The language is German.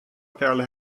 perle